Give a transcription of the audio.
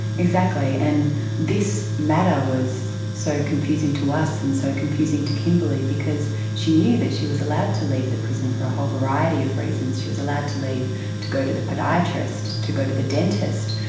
exactly, and this matter was so confusing to us, and so confusing to kimberley, because she knew that she was allowed to leave the prison for a whole variety of reasons. she was allowed to leave to go to the podiatrist, to go to the dentist,